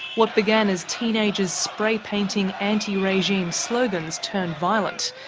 what began as teenagers spray painting anti-regime slogans turned violent,